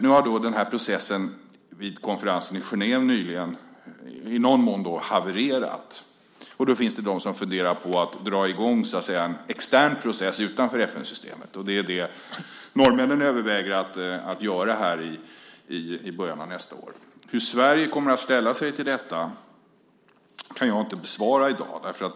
Nu har processen från konferensen i Genève, som nyligen hölls, i någon mån havererat. Därför finns det de som funderar på att dra i gång en extern process, alltså utanför FN-systemet. Norrmännen överväger att göra det i början av nästa år. Hur Sverige kommer att ställa sig till det kan jag inte svara på i dag.